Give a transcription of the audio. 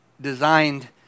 designed